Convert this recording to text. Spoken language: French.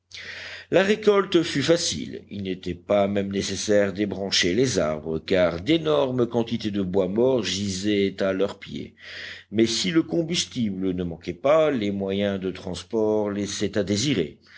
la récolte fut facile il n'était pas même nécessaire d'ébrancher les arbres car d'énormes quantités de bois mort gisaient à leurs pieds mais si le combustible ne manquait pas les moyens de transport laissaient à